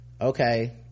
okay